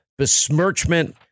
besmirchment